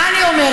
מה אני אומרת?